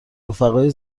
رفقای